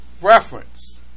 reference